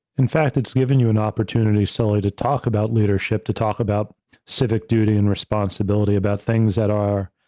in fact, it's giving you an opportunity, sully, to talk about leadership, to talk about civic duty, and responsibility about things that are,